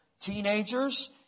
Teenagers